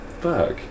Fuck